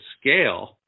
scale